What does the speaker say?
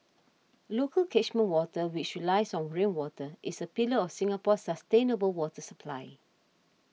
local catchment water which relies on rainwater is a pillar of Singapore's sustainable water supply